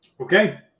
Okay